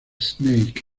snake